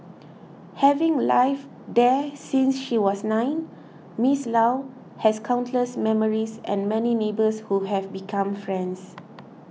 having lived there since she was nine Miss Law has countless memories and many neighbours who have become friends